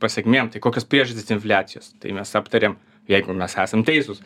pasekmėm tai kokios priežastys infliacijos tai mes aptarėm jeigu mes esam teisūs